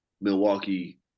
Milwaukee